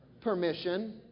Permission